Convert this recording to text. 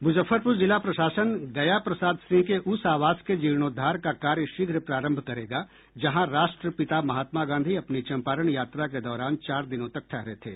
मुजफ्फरपुर जिला प्रशासन गया प्रसाद सिंह के उस आवास के जीर्णोद्वार का कार्य शीघ्र प्रारंभ करेगा जहां राष्ट्रपिता महात्मा गांधी अपनी चंपारण यात्रा के दौरान चार दिनों तक ठहरे थे